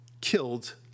killed